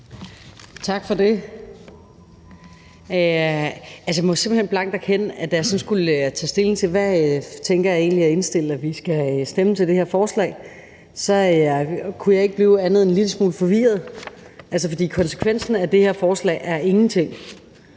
Tak for det. Jeg må simpelt hen blankt erkende, at da jeg skulle tage stilling til, hvad jeg egentlig ville indstille at vi skulle stemme til det her forslag, kunne jeg ikke blive andet end en lille smule forvirret, for konsekvensen af det her forslag er ingenting,